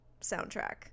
soundtrack